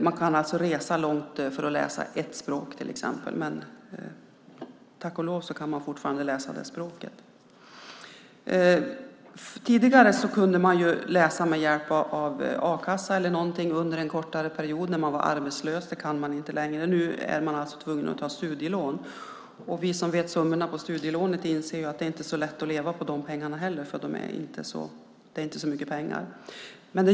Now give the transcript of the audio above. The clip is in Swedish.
Man kan alltså resa långt för att läsa till exempel ett språk - men tack och lov går det fortfarande att läsa det språket. Tidigare kunde man under en kortare period, till exempel vid arbetslöshet, läsa med hjälp av a-kassa. Det kan man inte längre. Nu är man alltså tvungen att ta studielån. Vi som vet summorna för studielånet inser att det inte är så lätt att leva på de pengarna heller eftersom det inte är fråga om så mycket pengar.